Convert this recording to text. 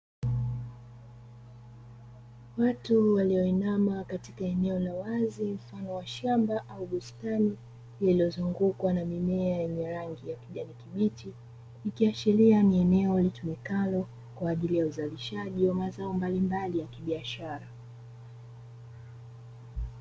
Watu walioinama katika eneo la wazi mfano wa shamba ama bustani lililozungukwa na mimea yenye rangi ya kijani kibichi ikiashiria ni eneo litumikalo kwa ajili ya uzalishaji wa mazao mbalimbali ya kibiashara.